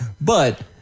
but-